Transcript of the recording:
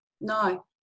No